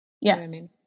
Yes